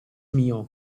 mio